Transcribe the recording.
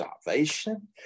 salvation